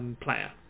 player